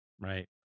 Right